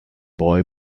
boy